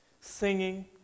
Singing